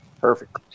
Perfect